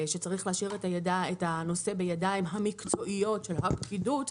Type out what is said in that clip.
ושצריך להשאיר את הנושא בידיים המקצועיות של הפקידות,